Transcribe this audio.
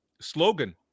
slogan